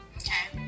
okay